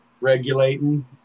regulating